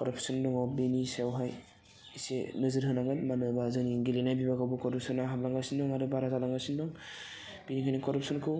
corruption दङ बेनि सायावहाय एसे नोजोर होनांगोन मानो होनबा जोंनि गेलेनाय बिभागावबो करपसना हाबलांगासिनो दं आरो बारा जालांगासिनो दं बिनिखायनो करपशनखौ